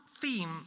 theme